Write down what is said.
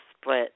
split